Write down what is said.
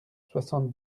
soixante